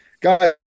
guys –